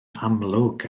amlwg